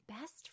best